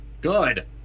Good